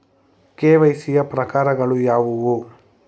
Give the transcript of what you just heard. KYC ಯ ಪ್ರಕಾರಗಳು ಯಾವುವು?